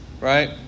right